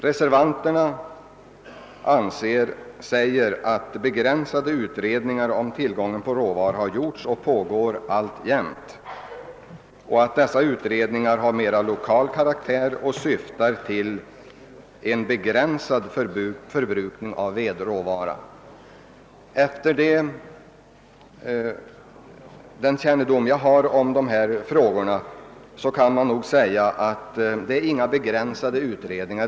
Reservanterna säger att begränsade utredningar om tillgången på råvaran har gjorts och pågår alltjämt, att de har en mera lokal karaktär och syftar till att tillgodose industri med begränsad förbrukning av vedråvara. Med den kännedom jag har om dessa frågor kan jag nog säga att det inte är fråga om några begränsade utredningar.